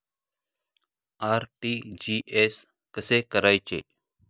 RTGS कसे करायचे?